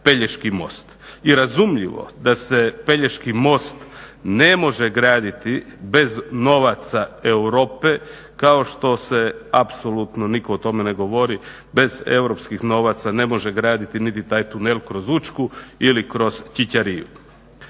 Pelješki most i razumljivo da se Pelješki most ne može graditi bez novaca Europe kao što se apsolutno, nitko o tome ne govori, bez europskih novaca ne može graditi niti taj tunel kroz Učku ili kroz Ćićariju.